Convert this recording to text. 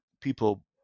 people